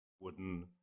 wooden